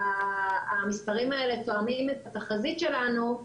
המספרים האלה תואמים את התחזית שלנו',